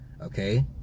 Okay